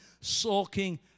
sulking